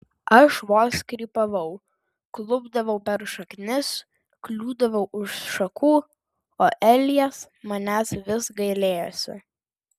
aš vos krypavau klupdavau per šaknis kliūdavau už šakų o elijas manęs vis gailėjosi